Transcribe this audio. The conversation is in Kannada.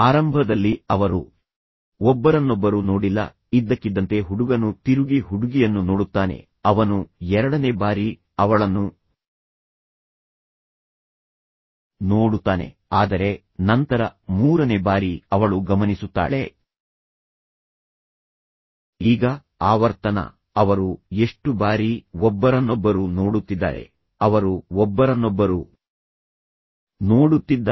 ಆರಂಭದಲ್ಲಿ ಅವರು ಒಬ್ಬರನ್ನೊಬ್ಬರು ನೋಡಿಲ್ಲ ಇದ್ದಕ್ಕಿದ್ದಂತೆ ಹುಡುಗನು ತಿರುಗಿ ಹುಡುಗಿಯನ್ನು ನೋಡುತ್ತಾನೆ ಅವನು ಎರಡನೇ ಬಾರಿ ಅವಳನ್ನು ನೋಡುತ್ತಾನೆ ಆದರೆ ನಂತರ ಮೂರನೇ ಬಾರಿ ಅವಳು ಗಮನಿಸುತ್ತಾಳೆ ಈಗ ಆವರ್ತನ ಅವರು ಎಷ್ಟು ಬಾರಿ ಒಬ್ಬರನ್ನೊಬ್ಬರು ನೋಡುತ್ತಿದ್ದಾರೆ ಅವರು ಒಬ್ಬರನ್ನೊಬ್ಬರು ನೋಡುತ್ತಿದ್ದಾರೆ